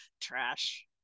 Trash